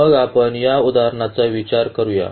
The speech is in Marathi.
तर मग आपण या उदाहरणाचा विचार करूया